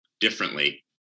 differently